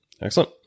excellent